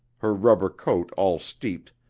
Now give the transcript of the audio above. her rubber coat all steeped,